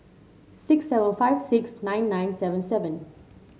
six seven five six nine nine seven seven